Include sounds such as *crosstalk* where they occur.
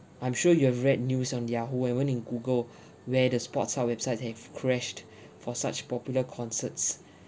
I'm sure you have read news on their whoever in google *breath* where the sports hub websites have crashed *breath* for such popular concerts *breath*